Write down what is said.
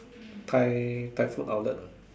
Thai Thai food outlet